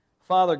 Father